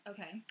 Okay